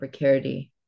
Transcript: precarity